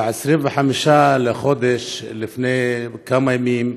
ב-25 לחודש, לפני כמה ימים,